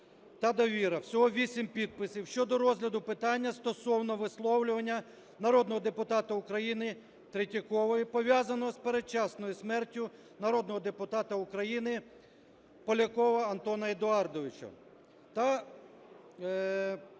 та "Довіра", всього вісім підписів, щодо розгляду питання стосовно висловлювання народного депутата України Третьякової, пов'язаного з передчасною смертю народного депутата України Полякова Антона Едуардовича, та